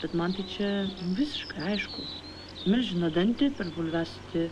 bet man tai čia visiškai aišku milžino dantį per bulviasody